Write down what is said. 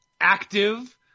active